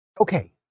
Okay